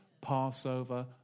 Passover